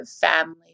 family